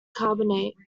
carbonate